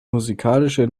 musikalische